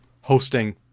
hosting